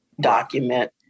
document